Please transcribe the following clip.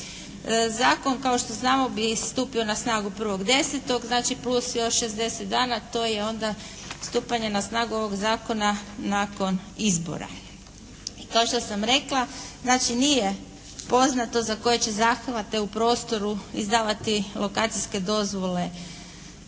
Zakon kao što znamo bi stupio na snagu 1.10., znači plus još 60 dana, to je onda stupanje na snagu ovog zakona nakon izbora. Kao što sam rekla, znači nije poznato za koje će zahvate u prostoru izdavati lokacijske dozvole